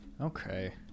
Okay